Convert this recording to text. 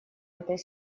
этой